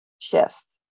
chest